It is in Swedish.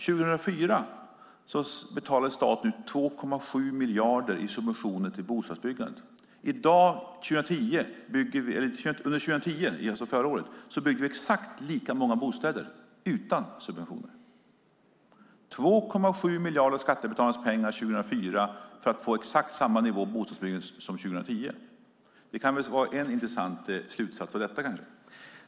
År 2004 betalade staten ut 2,7 miljarder i subventioner till bostadsbyggandet. Under 2010 byggdes exakt lika många bostäder utan subventioner. 2,7 miljarder av skattebetalarnas pengar betalades ut 2004 för att få exakt samma nivå på bostadsbyggandet som 2010. Det kan vara en intressant slutsats av detta.